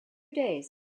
days